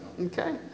Okay